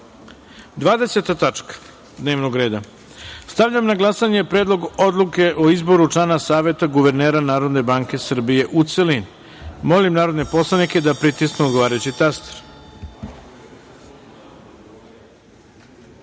tačka dnevnog reda. Stavljam na glasanje Predlog odluke o izboru člana Saveta guvernera Narodne banke Srbije, u celini. Molim narodne poslanike da pritisnu odgovarajući